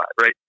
right